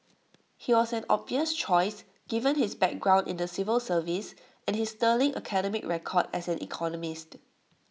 he was an obvious choice given his background in the civil service and his sterling academic record as an economist